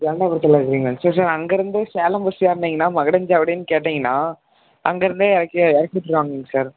ஜெலகண்டாபுரத்தில் இருக்குறீங்களாங்க sir sir அங்கேருந்து Salem bus ஏறினீங்கன்னா மகுடஞ்சாவடின்னு கேட்டீங்கன்னா அங்கேருந்தே இறக்கி இறக்கி விட்ருவாங்கங்க சார்